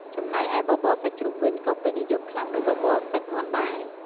ចំណែកឯបបរសាច់ជ្រូកវិញ ក៏ពេញនិយមខ្លាំងដូចបបរសាច់មាន់ដែរ។